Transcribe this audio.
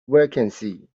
vacancy